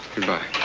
goodbye.